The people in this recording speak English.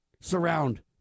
surround